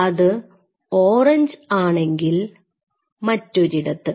അത് ഓറഞ്ച് ആണെങ്കിൽ മറ്റൊരിടത്ത്